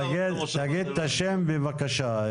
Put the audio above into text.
תגיד את השם שלך בבקשה.